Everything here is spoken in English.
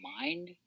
mind